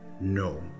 No